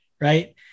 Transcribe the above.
right